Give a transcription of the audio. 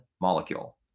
molecule